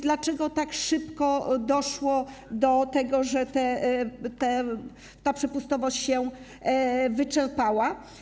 Dlaczego tak szybko doszło do tego, że ta przepustowość się wyczerpała?